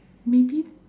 maybe